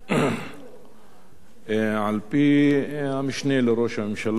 על-פי המשנה החדש לראש הממשלה,